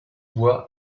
bois